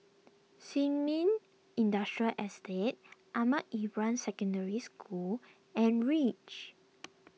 Sin Ming Industrial Estate Ahmad Ibrahim Secondary School and Reach